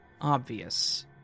obvious